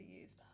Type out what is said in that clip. use